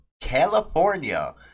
california